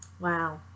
Wow